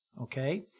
okay